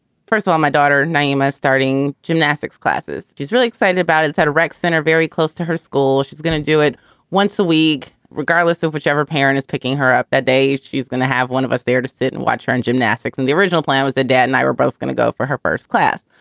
first of all, my daughter nyima starting gymnastics classes. she's really excited about it at a rec center very close to her school. she's gonna do it once a week regardless of whichever parent is picking her up that day. she's going to have one of us there to sit and watch her in gymnastics. and the original plan was the dad and i were both gonna go for her first class,